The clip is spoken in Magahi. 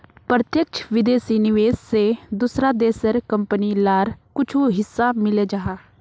प्रत्यक्ष विदेशी निवेश से दूसरा देशेर कंपनी लार कुछु हिस्सा मिले जाहा